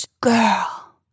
girl